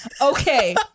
Okay